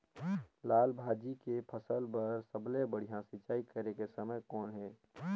लाल भाजी के फसल बर सबले बढ़िया सिंचाई करे के समय कौन हे?